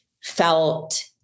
felt